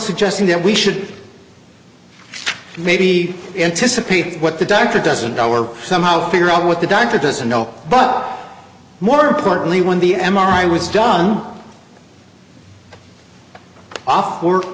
suggesting that we should maybe anticipate what the doctor doesn't know or somehow figure out what the doctor doesn't know but more importantly when the m r i was done off w